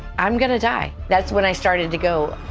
i'm going to die. that's when i started to go,